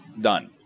Done